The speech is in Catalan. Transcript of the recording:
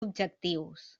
objectius